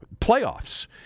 playoffs